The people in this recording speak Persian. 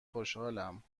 خوشحالم